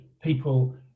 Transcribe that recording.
people